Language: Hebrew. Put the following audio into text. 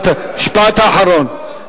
משפט אחרון.